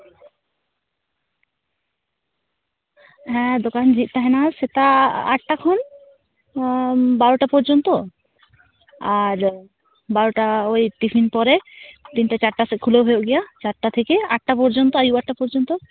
ᱦᱮᱸ ᱫᱚᱠᱟᱱ ᱡᱷᱤᱡ ᱛᱟᱦᱮᱱᱟ ᱥᱮᱛᱟᱜ ᱟᱴᱴᱟ ᱠᱷᱚᱱ ᱵᱟᱨᱚᱴᱟ ᱯᱚᱨᱡᱚᱱᱛᱚ ᱟᱨ ᱵᱟᱨᱚᱴᱟ ᱳᱭ ᱴᱤᱯᱷᱤᱱ ᱯᱚᱨᱮ ᱛᱤᱱᱴᱟ ᱪᱟᱴᱴᱟ ᱥᱮᱫ ᱠᱷᱩᱞᱟᱹᱣ ᱦᱩᱭᱩᱜ ᱜᱮᱭᱟ ᱪᱟᱴᱴᱟ ᱛᱷᱮᱠᱮ ᱟ ᱭᱩᱵ ᱟᱴᱴᱟ ᱯᱚᱨᱡᱚᱱᱛᱚ